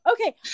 Okay